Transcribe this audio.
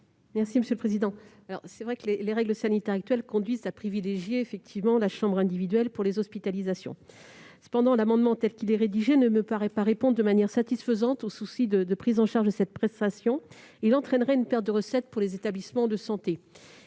de la commission ? Il est vrai que les règles sanitaires actuelles conduisent à privilégier la chambre individuelle pour les hospitalisations. Cependant l'amendement, tel qu'il est rédigé, ne me paraît pas répondre de manière satisfaisante au besoin de prise en charge de cette prestation, car il entraînerait une perte de recettes pour les établissements de santé.